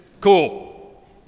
Cool